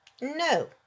No